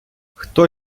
хто